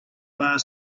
bar